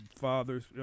fathers